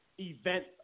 event